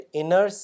inner